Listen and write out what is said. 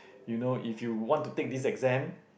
you know if you want to take this exam